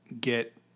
get